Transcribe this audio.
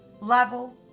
level